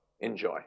enjoy